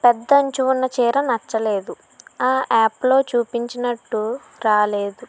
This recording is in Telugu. పెద్ద అంచు ఉన్న చీర నచ్చలేదు ఆ యాప్లో చూపించినట్టు రాలేదు